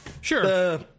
sure